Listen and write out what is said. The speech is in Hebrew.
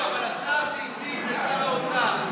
לא, אבל השר שהציג זה שר האוצר.